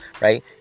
right